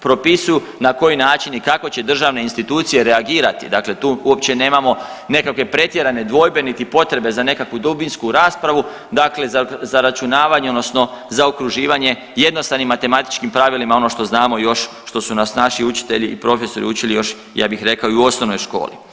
propisuju na koji način i kako će državne institucije reagirati, dakle tu uopće nemamo nekakve pretjerane dvojbe niti potrebe za nekakvu dubinsku raspravu, dakle zaračunavanje odnosno zaokruživanje jednostavnim matematičkim pravilima ono što znamo još, što su nas naši učitelji i profesori učili još, ja bih rekao i u osnovnoj školi.